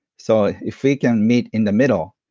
so if we can meet in the middle,